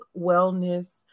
wellness